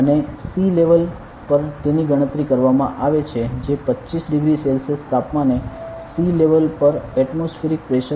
અને sea level પર તેની ગણતરી કરવામાં આવે છે જે 25 ડિગ્રી સેલ્સિયસ તાપમાને સી લેવલ પર એટમોસ્ફિયરિક પ્રેશર